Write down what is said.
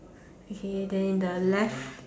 okay then in the left